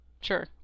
Sure